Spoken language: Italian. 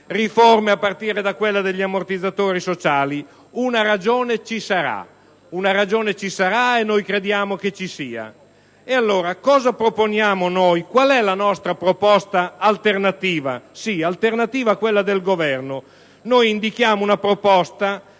riforme, a partire da quella degli ammortizzatori sociali, una ragione ci sarà e noi crediamo che ci sia. Qual è, allora, la nostra proposta alternativa? Sì, alternativa a quella del Governo. Noi ne indichiamo una davvero